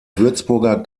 würzburger